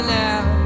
now